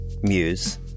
muse